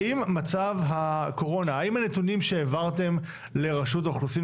האם הנתונים שהעברתם לרשות האוכלוסין